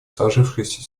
сложившуюся